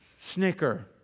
snicker